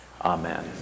Amen